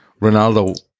Ronaldo